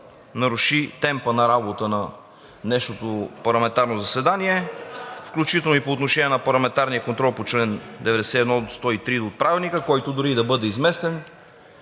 наруши темпа на работа на днешното парламентарно заседание, включително и по отношение на парламентарния контрол по чл. 91 до чл. 103 от Правилника, който дори и да бъде изместен,